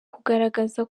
kugaragaza